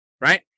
right